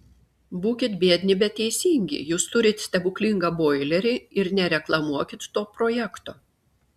būkit biedni bet teisingi jūs turit stebuklingą boilerį ir nereklamuokit to projekto